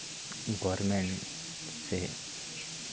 government ᱥᱮ